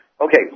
Okay